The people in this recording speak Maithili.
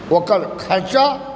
ओकर खर्चा